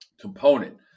component